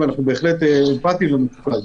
ואנחנו בהחלט אמפתיים ואכפת לנו.